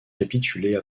capituler